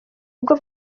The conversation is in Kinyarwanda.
bwo